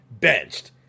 benched